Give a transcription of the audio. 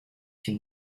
die